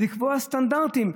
לקבוע סטנדרטים.